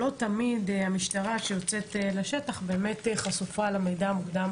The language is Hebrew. לא תמיד המשטרה שיוצאת לשטח באמת חשופה למידע המוקדם